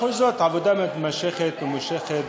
בכל זאת העבודה מתמשכת ונמשכת.